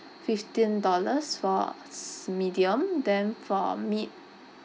fifteen dollars for s~ medium then for meat